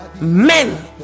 men